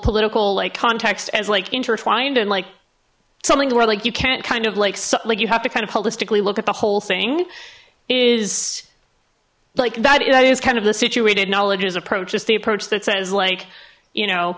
political like context as like intertwined and like something where like you can't kind of like so like you have to kind of holistically look at the whole thing is like that it is kind of the situated knowledge is approaches the approach that says like you know